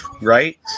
Right